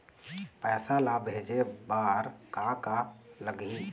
पैसा ला भेजे बार का का लगही?